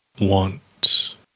Want